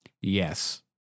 Yes